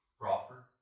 Proper